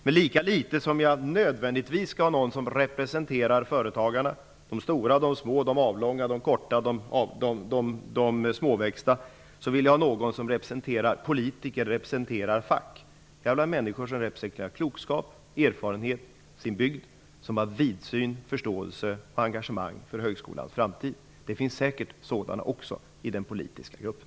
Men lika litet som jag nödvändigtvis vill ha någon som representerar företagarna -- de stora, de små, de långa, de korta -- vill jag ha politiker som representerar ett fack. Jag vill ha människor som representerar klokskap, erfarenhet och sin bygd och som har vidsyn, förståelse och engagemang för högskolans framtid. Det finns säkert också sådana personer i den politiska gruppen.